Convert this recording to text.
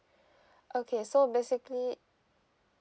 okay so basically